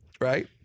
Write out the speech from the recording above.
right